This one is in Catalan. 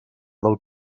del